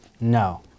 No